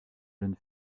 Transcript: jeune